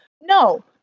no